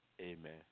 Amen